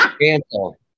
Cancel